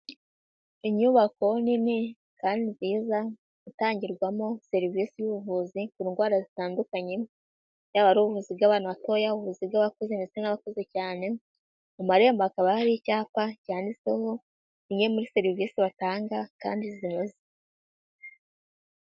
Inyubako nini kandi nziza itangirwamo serivisi y'ubuvuzi ku ndwara zitandukanye, yaba ari ubuvuzi bw'abana batoya, ubuvuzi bw'abakuze ndetse n'abakuze cyane, ku marembo hakaba hariho icyapa cyanditseho zimwe muri serivisi batanga kandi zinoze.